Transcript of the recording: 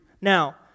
Now